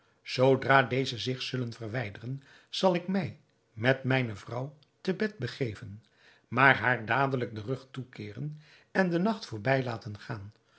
zoodra deze zich zullen verwijderen zal ik mij met mijne vrouw te bed begeven maar haar dadelijk den rug toekeeren en den nacht voorbij laten gaan